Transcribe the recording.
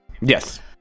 Yes